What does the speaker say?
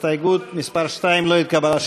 הסתייגות מס' 2 לא התקבלה.